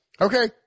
Okay